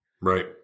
right